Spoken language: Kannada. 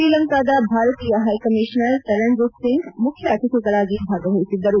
ಶ್ರೀಲಂಕಾದ ಭಾರತೀಯ ಹೈ ಕಮಿಷನರ್ ತರಣ್ಜಿತ್ ಸಿಂಗ್ ಮುಖ್ಯ ಅತಿಥಿಗಳಾಗಿ ಭಾಗವಹಿಸಿದ್ದರು